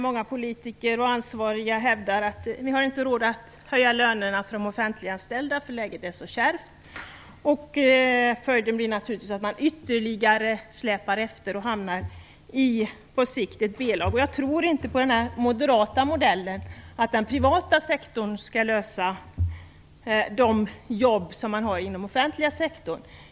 Många politiker och ansvariga hävdar att man inte har råd att höja lönerna för de offentliganställda eftersom läget är så kärvt. Följden blir att de ytterligare släpar efter och på sikt hamnar i ett B-lag. Jag tror inte på den moderata modellen att den privata sektorn skall överta de jobb man har i den offentliga sektorn.